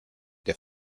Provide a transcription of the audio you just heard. der